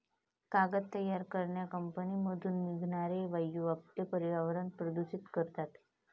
कागद तयार करणाऱ्या कंपन्यांमधून निघणारे वायू आपले पर्यावरण प्रदूषित करतात